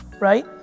Right